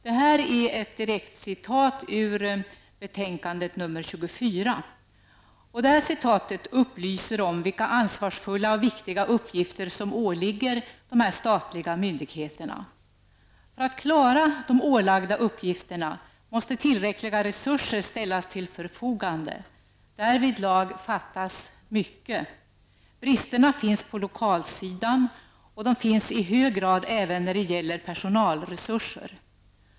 Det är ett direktcitat ur betänkande nr 24, och det upplyser om vilka ansvarsfulla och viktiga uppgifter som åligger dessa statliga myndigheter. För att de skall klara de ålagda uppgifterna måste tillräckliga resurser ställas till förfogande. Därvidlag fattas mycket. Bristerna finns på lokalsidan, och de finns i hög grad även när det gäller personalresurser.